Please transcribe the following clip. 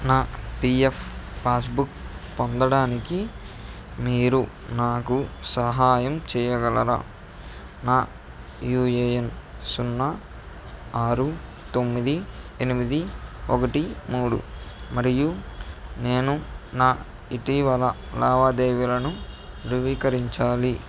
నా PF passbook పొందడానికి మీరు నాకు సహాయం చేయగలరా నా యూఏఎన్ సున్నా ఆరు తొమ్మిది ఎనిమిది ఒకటి మూడు మరియు నేను నా ఇటీవల లావాదేవీలను ధృవీకరించాలి